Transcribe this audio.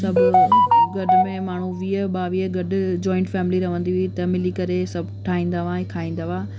सभु गॾु में माण्हू वीह ॿावीह गॾु जॉइंट फैमिली रहंदी हुई त मिली करे सभु ठाहींदा हुआ ऐं खाईंदा हुआ